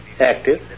active